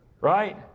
right